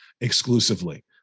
exclusively